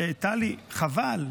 טלי, חבל.